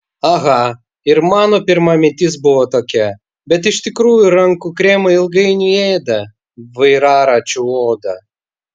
aha ir mano pirma mintis buvo tokia bet iš tikrųjų rankų kremai ilgainiui ėda vairaračių odą